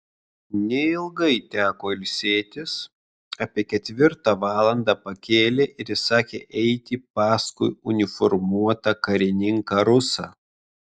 neilgai teko ilsėtis apie ketvirtą valandą pakėlė ir įsakė eiti paskui uniformuotą karininką rusą